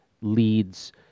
leads